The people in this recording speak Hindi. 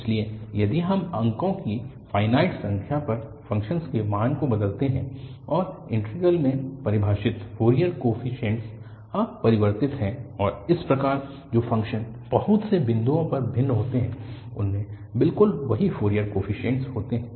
इसलिए यदि हम अंकों की फ़ाइनाइट संख्या पर फ़ंक्शन के मान को बदलते हैं और इंटीग्रल में परिभाषित फ़ोरियर कोफीशिएंट अपरिवर्तित हैं और इस प्रकार जो फ़ंक्शन बहुत से बिंदुओं पर भिन्न होते हैं उनमें बिल्कुल वही फ़ोरियर कोफीशिएंट होते हैं